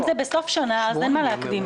אם זה בסוף השנה אז אין מה להקדים את זה.